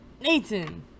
Nathan